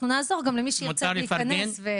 אנחנו נעזור גם למי שירצה להתפרנס.